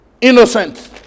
innocent